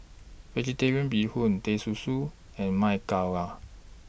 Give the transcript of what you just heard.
Vegetarian Bee Hoon Teh Susu and Ma Gao Are